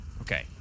Okay